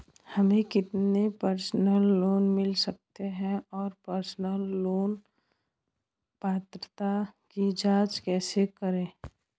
हमें कितना personal loan मिल सकता है और पर्सनल लोन पात्रता की जांच कैसे करें?